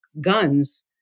guns